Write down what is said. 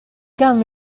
gum